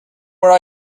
where